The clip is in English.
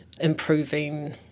improving